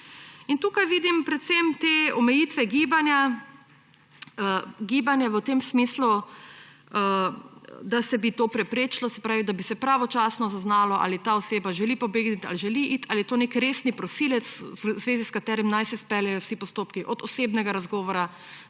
In tukaj vidim predvsem te omejitve gibanja, gibanja v tem smislu, da se bi to preprečilo, da bi se pravočasno zaznalo, ali ta oseba želi pobegniti, ali želi iti, ali je to nek resni prosilec, v zvezi s katerim naj se izpeljejo vsi postopki – od osebnega razgovora